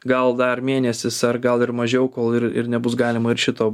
gal dar mėnesis ar gal ir mažiau kol ir ir nebus galima ir šito